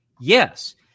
Yes